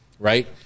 right